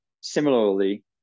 Similarly